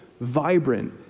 vibrant